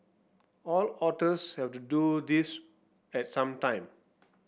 all otters have to do this at some time